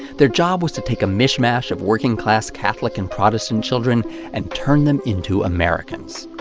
their job was to take a mishmash of working class catholic and protestant children and turn them into americans.